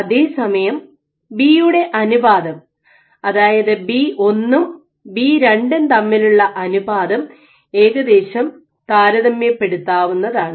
അതേ സമയം ബി യുടെ അനുപാതം അതായത് ബി 1 ഉം ബി 2 ഉം തമ്മിലുള്ള അനുപാതം ഏകദേശം താരതമ്യപ്പെടുത്താതാവുന്നതാണ്